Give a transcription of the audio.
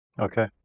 Okay